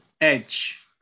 Edge